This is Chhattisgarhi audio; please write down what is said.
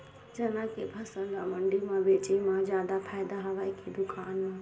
चना के फसल ल मंडी म बेचे म जादा फ़ायदा हवय के दुकान म?